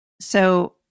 So-